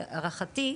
להערכתי,